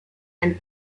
and